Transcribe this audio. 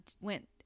went